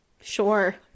Sure